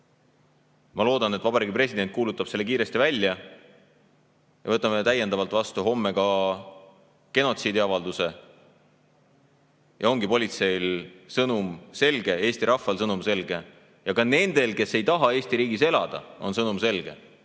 Ma loodan, et Vabariigi President kuulutab selle kiiresti välja. Me võtame homme täiendavalt vastu ka genotsiidiavalduse. Ja ongi politseile sõnum selge, Eesti rahvale on sõnum selge ja ka nendele, kes ei taha Eesti riigis elada, või nendele,